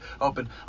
open